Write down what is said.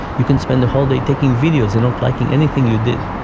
you can spend the whole day taking videos and not liking anything you did.